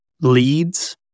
leads